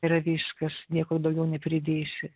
yra viskas nieko daugiau nepridėsi